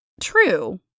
true